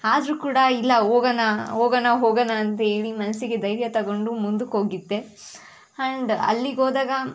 ಆದರೂ ಕೂಡ ಇಲ್ಲ ಹೋಗನ ಹೋಗನ ಹೋಗಣ ಅಂತ ಹೇಳಿ ಮನಸ್ಸಿಗೆ ಧೈರ್ಯ ತೊಗೊಂಡು ಮುಂದಕ್ಕೆ ಹೋಗಿದ್ದೆ ಆ್ಯಂಡ್ ಅಲ್ಲಿಗೆ ಹೋದಾಗ